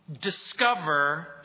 discover